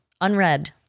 unread